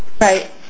Right